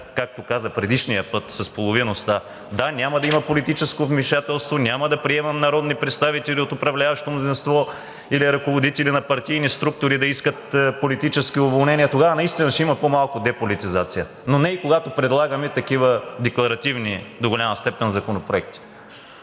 както каза предишният път с половин уста – да, няма да има политическо вмешателство, няма да приемам народни представители от управляващото мнозинство, или ръководители на партийни структури да искат политически уволнения, тогава наистина ще има по-малко деполитизация, но не и когато предлагаме такива декларативни до голяма степен законопроекти.